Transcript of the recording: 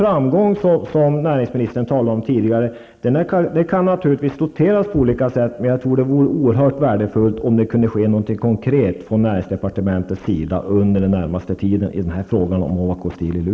Framgång, som näringsministern tidigare talade om, kan naturligtvis noteras på olika sätt, men jag tror att det vore oerhört värdefullt om det gjordes någonting konkret från näringsdepartementets sida under den närmaste tiden i fråga om Ovako Steel i